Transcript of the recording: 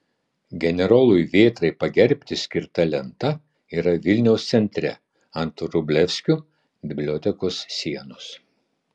generolui vėtrai pagerbti skirta lenta yra vilniaus centre ant vrublevskių bibliotekos sienos